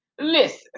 Listen